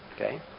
Okay